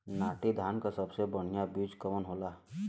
नाटी धान क सबसे बढ़िया बीज कवन होला?